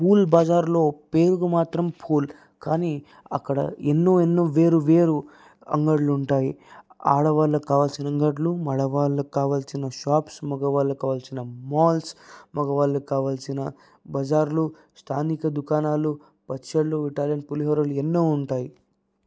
pool బజార్లో పేరుకు మాత్రం ఫూల్ కానీ అక్కడ ఎన్నో ఎన్నో వేరువేరు అంగళ్ళుంటాయి ఆడవాళ్ళకు కావాల్సినంగడ్లు మగవాళ్ళక్కాల్చిన షాప్స్ మగవాళ్ళక్కావాల్సిన మాల్స్ మగవాళ్ళ కావాల్సిన బజార్లు స్థానిక దుకాణాలు పచ్చళ్ళు పులిహోరలు ఎన్నో ఉంటాయి